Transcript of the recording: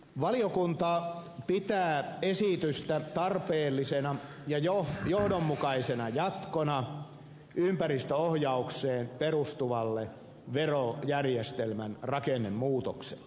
valiokunta pitää esitystä tarpeellisena ja johdonmukaisena jatkona ympäristöohjaukseen perustuvalle verojärjestelmän rakennemuutokselle